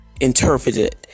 interpreted